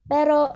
Pero